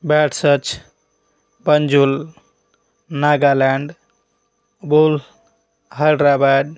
bad సర్చ్ పంజుల్ నాగాలాండ్ బుల్ హైడ్రాబ్యాడ్